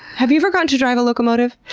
have you ever gotten to drive a locomotive?